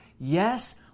Yes